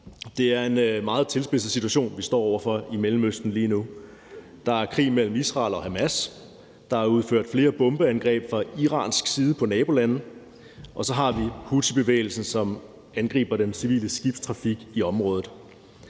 Det er en meget tilspidset situation i Mellemøsten, vi står over for lige nu. Der er krig mellem Israel og Hamas; der er udført flere bombeangreb fra iransk side på nabolande; og så har vi houthibevægelsen, som angriber den civile skibstrafik i området.